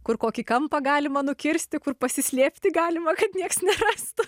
kur kokį kampą galima nukirsti kur pasislėpti galima kad nieks nerastų